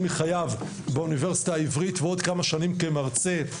מחייו באוניברסיטה העברית ועוד כמה שנים כמרצה,